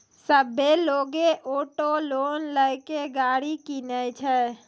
सभ्भे लोगै auto loan लेय के गाड़ी किनै छै